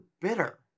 bitter